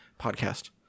podcast